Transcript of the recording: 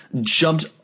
jumped